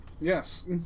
Yes